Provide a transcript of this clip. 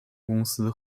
公司